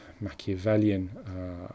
Machiavellian